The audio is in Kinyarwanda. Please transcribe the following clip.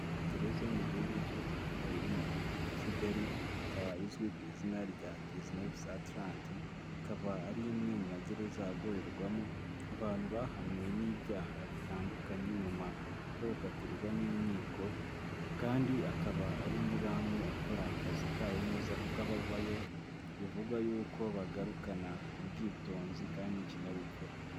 Gereza yo mu gihugu cy'u rwanda iri mu mujyi wa kigali ikaba izwi ku izina rya dizi nefu sa taranti ,ikaba ari imwe mu magereza agororerwamo abantu bahamwe n'ibyaha bitandukanye nyuma yo gukatirwa n'inkiko, kandi akaba ari muri amwe akora akazi kayo neza kuko abavayo bivugwa yuko bagarukana ubwitonzi kandi n'ikinyabupfura.